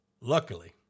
luckily